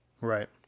Right